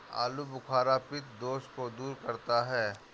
आलूबुखारा पित्त दोष को दूर करता है